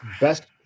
best